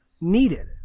needed